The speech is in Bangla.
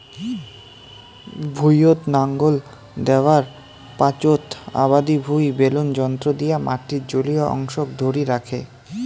ভুঁইয়ত নাঙল দ্যাওয়ার পাচোত আবাদি ভুঁই বেলন যন্ত্র দিয়া মাটির জলীয় অংশক ধরি রাখে